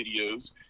videos